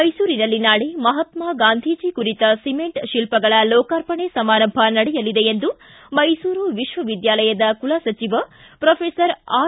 ಮೈಸೂರಿನಲ್ಲಿ ನಾಳೆ ಮಹಾತ್ನ ಗಾಂಧೀಜಿ ಕುರಿತ ಸಿಮೆಂಟ್ ಶಿಲ್ಪಗಳ ಲೋಕಾರ್ಪಣೆ ಸಮಾರಂಭ ನಡೆಯಲಿದೆ ಎಂದು ಮೈಸೂರು ವಿಶ್ವ ವಿದ್ಯಾಲಯದ ಕುಲಸಚಿವ ಪೊಫೆಸರ್ ಆರ್